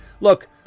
look